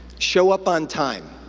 show up on time.